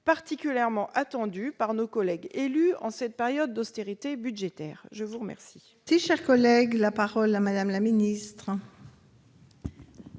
particulièrement attendus par nos collègues élus en cette période d'austérité budgétaire. La parole